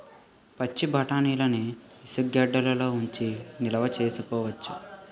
పచ్చిబఠాణీలని ఇసుగెడ్డలలో ఉంచి నిలవ సేసుకోవచ్చును